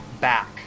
back